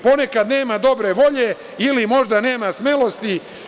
Ponekad nema dobre volje ili, možda, nema smelosti.